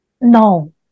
No